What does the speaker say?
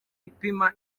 ipima